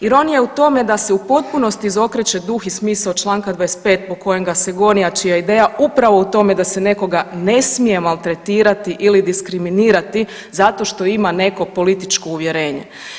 Ironija je u tome da se u potpunosti izokreće duh i smisao članka 25. po kojem ga se goni, a čija je ideja upravo u tome da se nekoga ne smije maltretirati ili diskriminirati zato što ima neko političko uvjerenje.